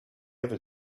ever